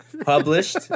published